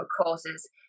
causes